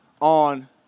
on